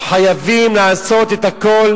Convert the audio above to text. חייבים לעשות את הכול,